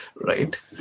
right